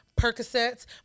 percocets